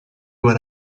what